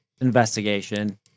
investigation